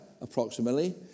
approximately